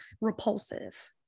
repulsive